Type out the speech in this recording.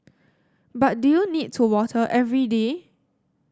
but do you need to water every day